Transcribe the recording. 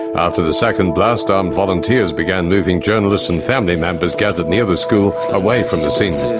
after the second blast, armed volunteers began moving journalists and family members gathered near the school away from the scene. so